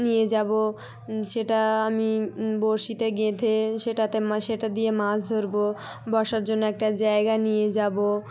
নিয়ে যাব সেটা আমি বড়শিতে গেঁথে সেটাতে মা সেটা দিয়ে মাছ ধরব বসার জন্য একটা জায়গা নিয়ে যাব